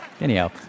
Anyhow